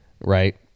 Right